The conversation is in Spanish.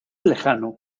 lejano